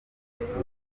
gusura